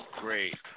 great